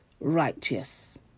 righteous